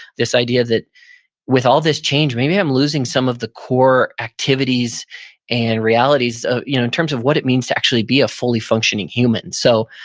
this idea that with all this change, maybe i'm losing some of the core activities and realities you know in terms of what it means to actually be a fully functioning human. so,